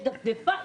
יש דפדפן,